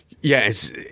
Yes